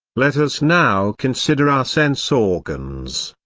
let us now consider our sense organs,